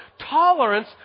tolerance